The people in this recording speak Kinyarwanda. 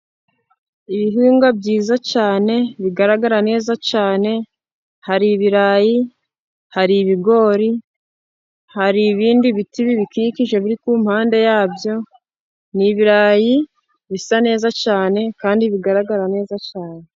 Ibihingwa byiza cyane bigaragara neza cyane, hari ibirayi, hari ibigori, hari ibindi biti bibikikije biri ku mpande yabyo. Ni ibirayi bisa neza cyane kandi bigaragara neza cyane.